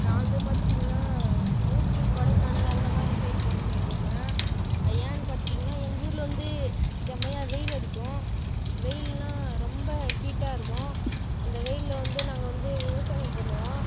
நான் வந்து பார்த்துட்டீங்கன்னா ஊட்டி கொடைக்கானல் அந்த மாதிரி சைடு போகணுன்னு விரும்புகிறேன் அது ஏன்னு பார்த்துட்டீங்கன்னா எங்கள் ஊரில் வந்து செமையாக வெயில் அடிக்கும் வெயில்னால் ரொம்ப ஹீட்டாக இருக்கும் அந்த வெயிலில் வந்து நாங்க வந்து விவசாயம் பண்ணுவோம்